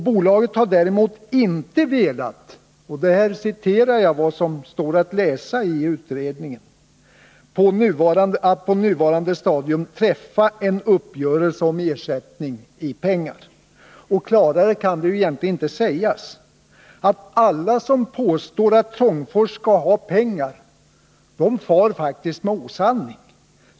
Bolaget har däremot inte velat — det står att läsa i utredningen — på nuvarande stadium träffa en uppgörelse om ersättning i pengar. Klarare kan det egentligen inte sägas. Alla som påstår att Trångfors skall ha pengar far faktiskt med osanning.